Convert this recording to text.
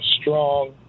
strong